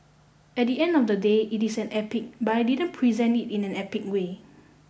at the end of the day it is an epic but I didn't present it in an epic way